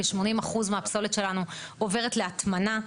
כ-80 אחוזים מהפסולת שלנו עוברת להטמנה.